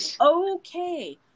okay